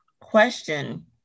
question